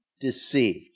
deceived